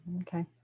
okay